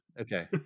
Okay